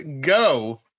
go